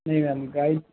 नहीं ma'am guide